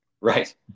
right